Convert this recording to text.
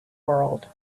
world